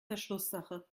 verschlusssache